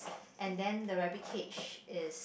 and then the rabbit cage is